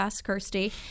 Kirsty